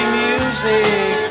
music